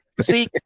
See